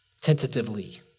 Tentatively